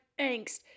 angst